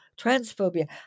transphobia